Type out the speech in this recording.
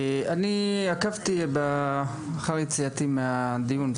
אני עקבתי אחר יציאתי מהדיון,